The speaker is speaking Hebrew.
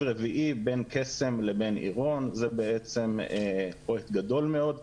רביעי בין קסם לבין עירון שזה פרויקט גדול מאוד.